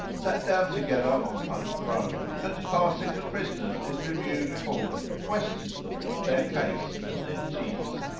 sat down together on one throne and, passing the prisoners in review before them, questioned them of their case and their chiefs.